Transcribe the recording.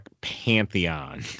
pantheon